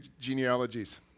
genealogies